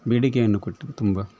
ಬೇಡಿಕೆಯನ್ನು ಕೊಟ್ಟರು ತುಂಬ